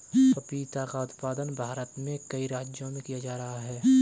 पपीता का उत्पादन भारत में कई राज्यों में किया जा रहा है